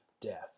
death